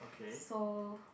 so